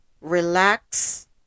relax